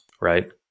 right